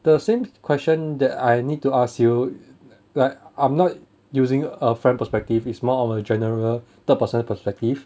the same question that I need to ask you like I'm not using a friend perspective is more of a general third person perspective